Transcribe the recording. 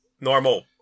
normal